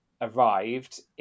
arrived